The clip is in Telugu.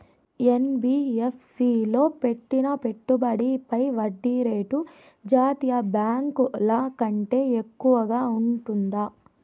యన్.బి.యఫ్.సి లో పెట్టిన పెట్టుబడి పై వడ్డీ రేటు జాతీయ బ్యాంకు ల కంటే ఎక్కువగా ఉంటుందా?